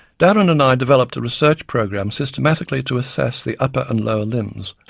darren and i developed a research program systematically to assess the upper and lower limbs,